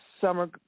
summer